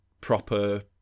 proper